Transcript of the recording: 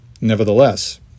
Nevertheless